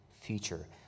future